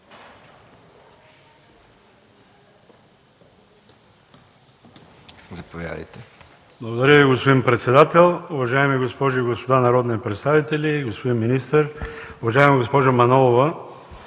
Благодаря, господин председател. Уважаеми госпожи и господа народни представители, господин министър, уважаема госпожо Манолова!